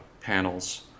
panels